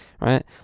right